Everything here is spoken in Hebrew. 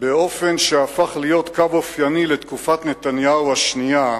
באופן שהפך להיות קו אופייני לתקופת נתניהו השנייה,